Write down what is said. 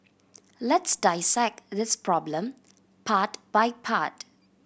let's dissect this problem part by part